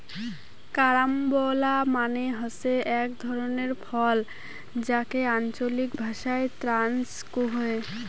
carambola মানে হসে আক ধরণের ফল যাকে আঞ্চলিক ভাষায় ক্রাঞ্চ কুহ